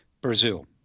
Brazil